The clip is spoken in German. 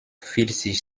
filzig